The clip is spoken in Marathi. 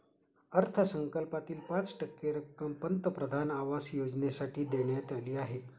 अर्थसंकल्पातील पाच टक्के रक्कम पंतप्रधान आवास योजनेसाठी देण्यात आली आहे